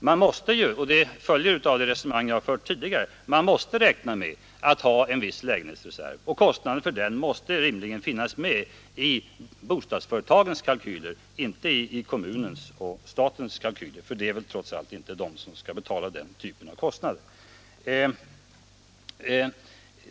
Vi måste — och det följer av mitt tidigare resonemang — räkna med att ha en viss lägenhetsreserv, och kostnaden för den måste rimligen ingå i bostadsföretagens kalkyler och inte i statens och kommunernas kalkyler, för det är väl trots allt inte de som skall betala den här typen av kostnad.